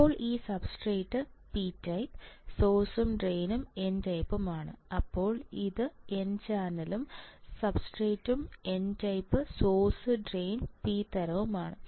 ഇപ്പോൾ ഈ substrate P type സോഴ്സും ഡ്രെയിനും N ടൈപ്പ്മാണ് അപ്പോൾ ഈ n ചാനലും സബ്സ്ട്രേറ്റും n ടൈപ്പ് സോഴ്സും ഡ്രെയിനും പി തരവുമാണ്